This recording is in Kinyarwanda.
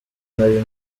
nari